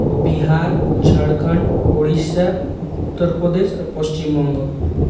Bihar Jharkhand Odisha Uttar Pradesh Paschimbanga